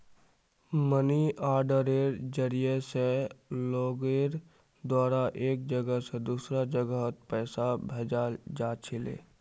money आर्डरेर जरिया स लोगेर द्वारा एक जगह स दूसरा जगहत पैसा भेजाल जा छिले